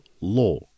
law